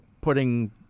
putting